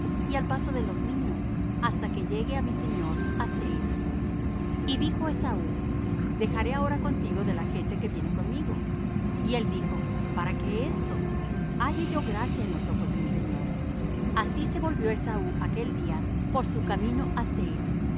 y al paso de los niños hasta que llegue á mi señor á seir y esaú dijo dejaré ahora contigo de la gente que viene conmigo y él dijo para qué esto halle yo gracia en los ojos de mi señor así se volvió esaú aquel día por su camino